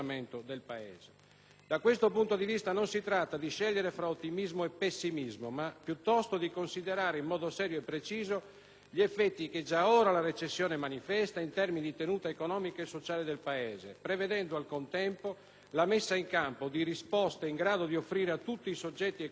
Da questo punto di vista, non si tratta di scegliere tra ottimismo e pessimismo, ma piuttosto di considerare in modo serio e preciso gli effetti che già ora la recessione manifesta in termini di tenuta economica e sociale del Paese, prevedendo al contempo la messa in campo di risposte in grado di offrire a tutti i soggetti economici e sociali